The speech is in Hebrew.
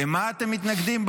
למה בחוק אתם מתנגדים?